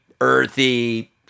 earthy